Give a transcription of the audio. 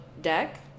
deck